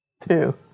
two